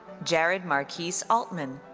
jarred marquis so aultman.